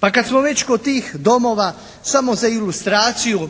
Pa kad smo već kod tih domova samo za ilustraciju